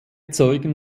zeugen